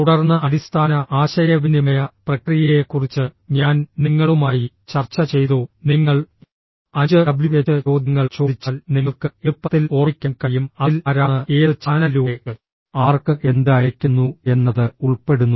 തുടർന്ന് അടിസ്ഥാന ആശയവിനിമയ പ്രക്രിയയെക്കുറിച്ച് ഞാൻ നിങ്ങളുമായി ചർച്ച ചെയ്തു നിങ്ങൾ അഞ്ച് ഡബ്ല്യുഎച്ച് ചോദ്യങ്ങൾ ചോദിച്ചാൽ നിങ്ങൾക്ക് എളുപ്പത്തിൽ ഓർമ്മിക്കാൻ കഴിയും അതിൽ ആരാണ് ഏത് ചാനലിലൂടെ ആർക്ക് എന്ത് അയയ്ക്കുന്നു എന്നത് ഉൾപ്പെടുന്നു